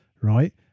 right